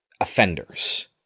offenders